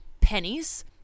pennies